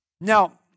Now